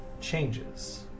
changes